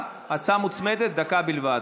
הצעה מוצמדת, דקה בלבד.